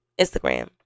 Instagram